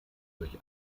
durch